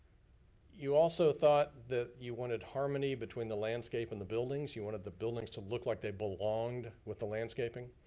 you also thought that you wanted harmony between the landscape and the buildings. you wanted the buildings to look like they belonged with the landscaping.